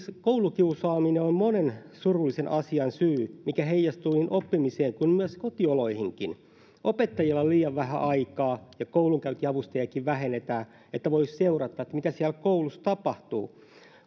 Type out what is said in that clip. koulukiusaaminen on monen surullisen asian syy mikä heijastuu niin oppimiseen kuin kotioloihinkin opettajilla on liian vähän aikaa ja koulunkäyntiavustajiakin vähennetään että voisi seurata mitä siellä koulussa tapahtuu